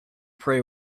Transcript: prey